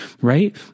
right